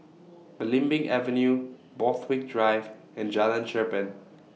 Belimbing Avenue Borthwick Drive and Jalan Cherpen